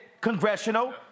congressional